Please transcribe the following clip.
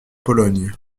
pologne